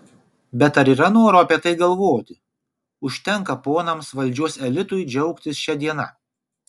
bet ar yra noro apie tai galvoti užtenka ponams valdžios elitui džiaugtis šia diena